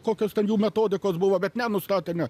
kokios ten jų metodikos buvo bet ne nustatė ne